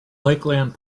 lakeland